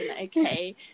okay